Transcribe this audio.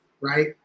right